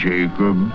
Jacob